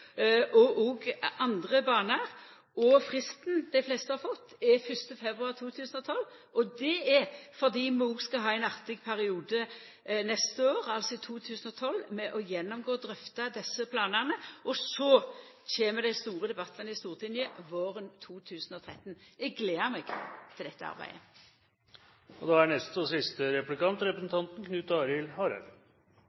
og utgreiing av andre banar. Fristen dei fleste har fått, er 1. februar 2012. Det er fordi vi òg skal ha ein artig periode neste år, altså i 2012, med å gå igjennom og drøfta desse planane. Så kjem dei store debattane i Stortinget våren 2013. Eg gler meg til dette